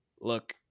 Look